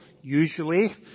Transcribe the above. usually